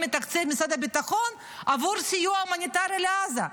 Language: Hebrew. מתקציב משרד הביטחון עבור סיוע הומניטרי לעזה.